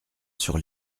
sur